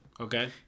Okay